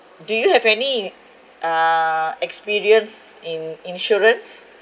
do you have any uh experience in insurance